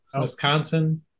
Wisconsin